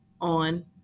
on